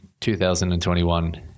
2021